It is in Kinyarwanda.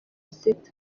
sita